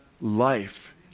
life